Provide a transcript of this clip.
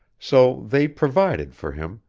so they provided for him,